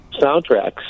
soundtracks